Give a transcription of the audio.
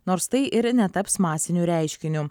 nors tai ir netaps masiniu reiškiniu